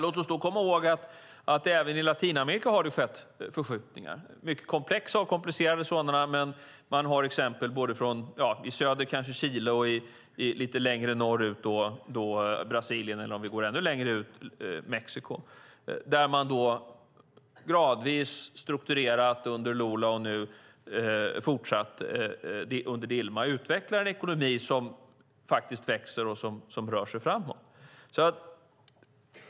Låt oss komma ihåg att även i Latinamerika har det skett förskjutningar, mycket komplexa och komplicerade sådana, men vi har exempel från i söder Chile och lite längre norrut från Brasilien eller ännu längre ut från Mexiko, där man under Lula gradvis strukturerat och under Dilma fortsatt att utveckla en ekonomi som faktiskt växer och som rör sig framåt.